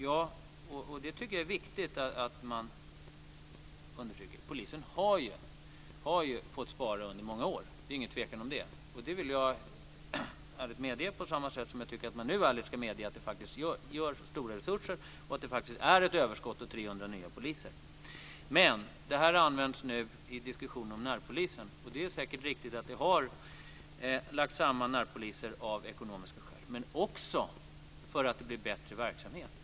Jag tycker att det är viktigt att man understryker att polisen har fått spara under många år. Det är ingen tvekan om det. Det vill jag ärligt medge på samma sätt som jag tycker att man nu ärligt ska medge att det faktiskt tillförs stora resurser och att det faktiskt är ett överskott och 300 nya poliser. Det har används nu i diskussionen om närpolisen. Det är säkert riktigt att närpolisstationer har lagts samman av ekonomiska skäl, men det har också skett för att det blir bättre verksamhet.